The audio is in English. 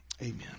amen